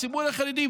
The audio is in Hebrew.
הציבור החרדי.